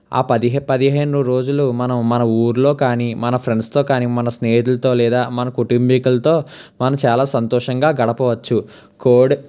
ఆ పదిహే పదిహేను రోజులు మనం మన ఊర్లో కానీ మన ఫ్రెండ్స్తో కాని మన స్నేహితులతో లేదా మన కుటుంబీకులతో మనం చాలా సంతోషంగా గడపవచ్చు కోడి